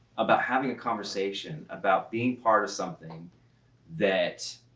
about having a conversation about being part of something that.